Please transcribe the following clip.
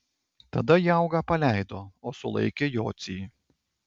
tada jaugą paleido o sulaikė jocį